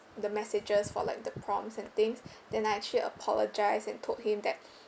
the messages for like the proms and things then I actually apologised and told him that